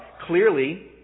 clearly